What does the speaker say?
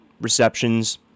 receptions